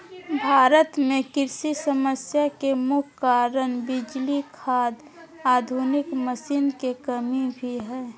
भारत में कृषि समस्या के मुख्य कारण बिजली, खाद, आधुनिक मशीन के कमी भी हय